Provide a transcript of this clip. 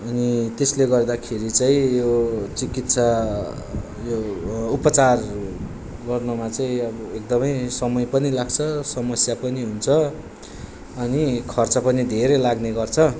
अनि त्यसले गर्दाखेरि चाहिँ यो चिकित्सा यो उपचार गर्नुमा चाहिँ अब एकदमै समय पनि लाग्छ समस्या पनि हुन्छ अनि खर्च पनि धेरै लाग्ने गर्छ